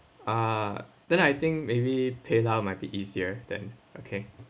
ah then I think maybe paynow might be easier then okay